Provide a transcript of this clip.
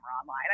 online